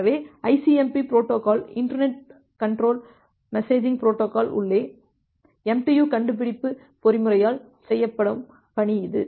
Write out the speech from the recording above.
எனவே ICMP protocol internet control messaging protocol உள்ளே MTU கண்டுபிடிப்பு பொறிமுறையால் செய்யப்படும் பணி இது